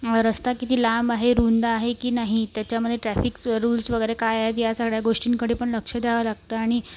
रस्ता किती लांब आहे रुंद आहे की नाही त्याच्यामध्ये ट्रॅफिक रूल्स वगैरे काय आहेत या सगळ्या गोष्टींकडेपण लक्ष द्यावं लागतं आणि